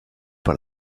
per